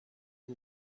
who